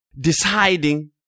deciding